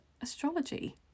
astrology